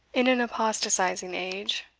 in an apostatizing age,